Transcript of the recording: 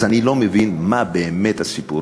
אז אני לא מבין מה באמת הסיפור.